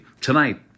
Tonight